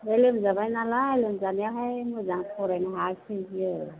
बे लोमजाबाय नालाय लोमजानायावहाय मोजां फरायनो हायासै बियो